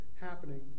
happening